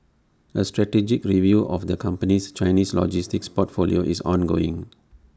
A strategic review of the company's Chinese logistics portfolio is ongoing